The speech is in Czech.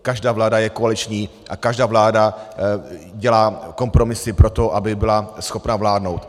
Každá vláda je koaliční a každá vláda dělá kompromisy pro to, aby byla schopná vládnout.